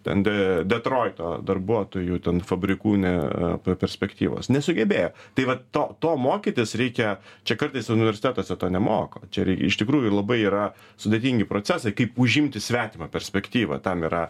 ten de detroito darbuotojų ten fabrikų ne perspektyvos nesugebėjo tai va to to mokytis reikia čia kartais universitetuose to nemoko čia rei iš tikrųjų labai yra sudėtingi procesai kaip užimti svetimą perspektyvą tam yra